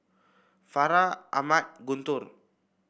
Farah Ahmad Guntur